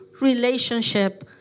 relationship